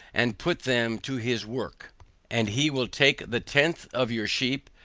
and put them to his work and he will take the tenth of your sheep,